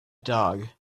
dog